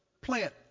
plant